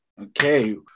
Okay